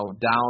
down